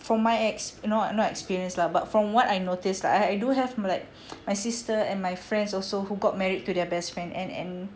from my ex~ no not experience lah but from what I noticed like I do have like my sister and my friends also who got married to their best friend and and